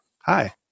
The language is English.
Hi